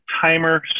timer